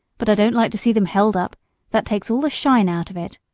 but i don't like to see them held up that takes all the shine out of it.